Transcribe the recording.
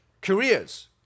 Careers